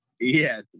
Yes